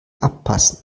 abpassen